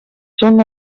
són